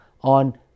on